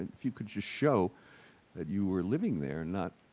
if you could just show that you were living there, not,